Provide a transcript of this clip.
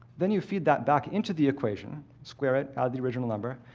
then you feed that back into the equation, square it, add the original number,